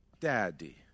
Daddy